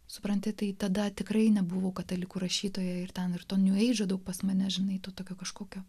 supranti tai tada tikrai nebuvau katalikų rašytoja ir ten ir to nu įžadų pas mane žinai tu tokia kažkokio